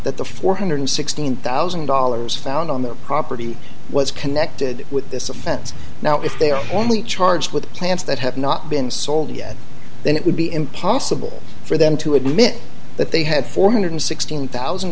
that the four hundred and sixteen thousand dollars found on their property was connected with this offense now if they are only charged with plants that have not been sold yet then it would be impossible for them to admit that they had four hundred and sixteen thousand